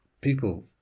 people